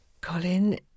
Colin